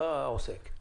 לא העוסק.